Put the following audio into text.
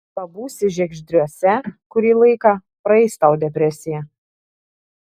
pabūsi žiegždriuose kurį laiką praeis tau depresija